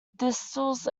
thistles